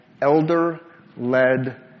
elder-led